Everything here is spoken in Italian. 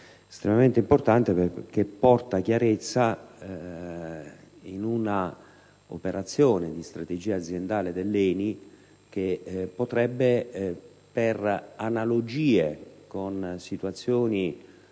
estremamente importante, perché porta chiarezza in un'operazione di strategia aziendale dell'ENI che potrebbe, per analogie con situazioni